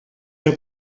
der